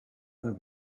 and